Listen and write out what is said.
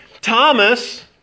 Thomas